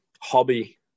hobby